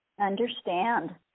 Understand